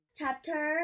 Chapter